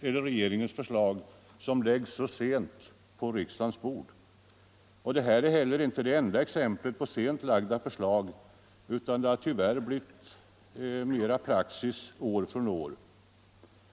regeringens förslag, som läggs så sent på riksdagens bord. Detta är inte heller det enda exemplet på sent lagda förslag, utan det har tyvärr mera blivit praxis år från år.